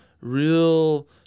real